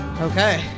Okay